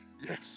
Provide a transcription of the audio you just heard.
yes